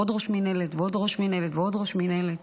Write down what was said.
עוד ראש מינהלת ועוד ראש מינהלת ועוד ראש מינהלת.